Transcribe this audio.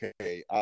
okay